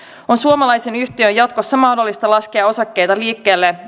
on suomalaisen yhtiön jatkossa mahdollista laskea osakkeita liikkeelle